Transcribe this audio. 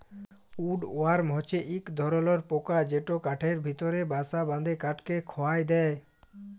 would worm হছে ইক ধরলর পকা যেট কাঠের ভিতরে বাসা বাঁধে কাঠকে খয়ায় দেই